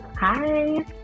Hi